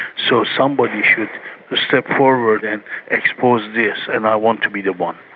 so somebody should step forward and expose this, and i want to be the one.